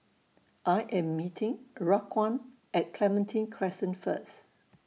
I Am meeting Raquan At Clementi Crescent First